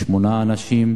שמונה אנשים,